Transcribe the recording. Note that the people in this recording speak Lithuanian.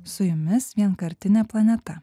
su jumis vienkartinė planeta